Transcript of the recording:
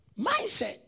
Mindset